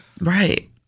Right